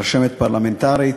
רשמת פרלמנטרית,